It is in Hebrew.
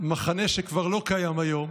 במחנה שכבר לא קיים היום,